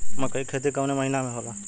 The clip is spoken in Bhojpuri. मकई क खेती कवने महीना में होला?